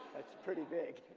that's pretty big.